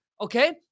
Okay